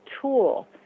tool